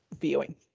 viewing